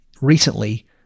recently